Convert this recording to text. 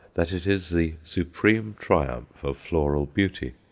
that it is the supreme triumph of floral beauty.